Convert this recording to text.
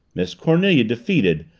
miss cornelia, defeated,